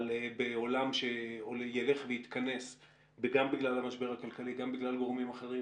אבל בעולם שילך ויתכנס גם בגלל המשבר הכלכלי וגם בגלל גורמים אחרים,